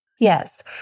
Yes